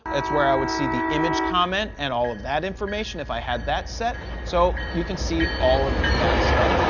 that's where i would see the image comment and all of that information if i had that set. so you can see all of that stuff.